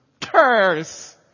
Curse